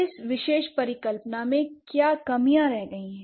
इस विशेष परिकल्पना में क्या कमियां रही हैं